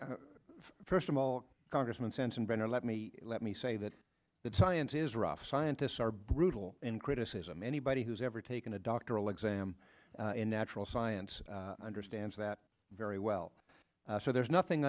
public first of all congressman sensenbrenner let me let me say that the science is rough scientists are brutal in criticism anybody who's ever taken a doctoral exam in natural science understands that very well so there's nothing